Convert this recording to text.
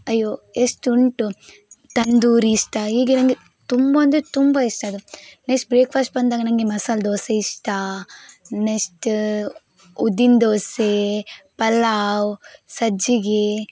ಅಯ್ಯೋ ಎಷ್ಟುಂಟು ತಂದೂರಿ ಇಷ್ಟ ಹೀಗೆ ನನಗೆ ತುಂಬ ಅಂದರೆ ತುಂಬ ಇಷ್ಟ ಅದು ನೆಸ್ಟ್ ಬ್ರೇಕ್ಫಾಸ್ಟ್ ಬಂದಾಗ ನನಗೆ ಮಸಾಲೆ ದೋಸೆ ಇಷ್ಟ ನೆಸ್ಟ ಉದ್ದಿನದೋಸೆ ಪಲಾವ್ ಸಜ್ಜಿಗೆ